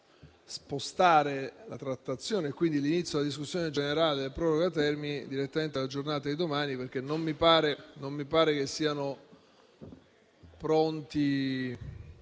spostare la trattazione e quindi l'inizio della discussione generale del provvedimento proroga termini direttamente alla giornata di domani, perché non mi pare che siano pronti